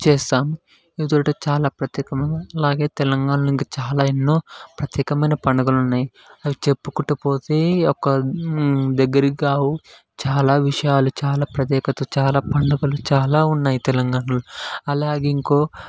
చేస్తాము ఇదోటి చాలా ప్రత్యేకముగా అలాగే తెలంగాణలో ఇంకా చాలా ప్రత్యేకమైన పండగలు ఉన్నాయి అవి చెప్పుకుంటూపోతే ఒక దగ్గర దగ్గర చాలా విషయాలు చాలా ప్రత్యేకతలు చాలా పండుగలు చాలా ఉన్నాయి తెలంగాణలో అలాగే ఇంకో